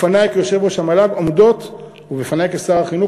בפנַי כיושב-ראש המל"ג ובפנַי כשר החינוך,